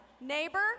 neighbor